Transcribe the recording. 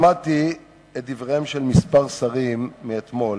שמעתי את דבריהם של כמה שרים אתמול,